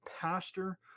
pastor